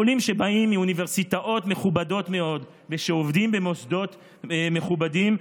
עולים שבאים מאוניברסיטאות מכובדות מאוד ושעובדים במוסדות מכובדים,